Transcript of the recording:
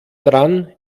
daran